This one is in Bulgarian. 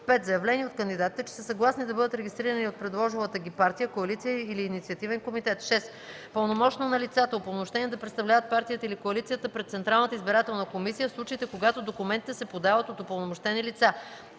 5. заявление от кандидатите, че са съгласни да бъдат регистрирани от предложилата ги партия, коалиция или инициативен комитет; 6. пълномощно на лицата, упълномощени да представляват партията или коалицията пред Централната избирателна комисия, в случаите когато документите се подават от упълномощени лица.